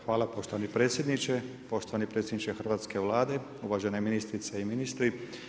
Hvala poštovani predsjedniče, poštovani predsjedniče hrvatske Vlade, uvažene ministrice i ministri.